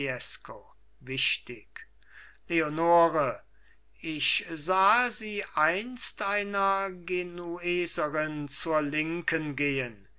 wichtig leonore ich sahe sie einst einer genueserin zur linken gehen